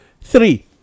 Three